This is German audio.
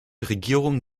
regierungen